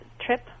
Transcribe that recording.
trip